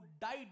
died